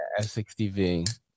S60V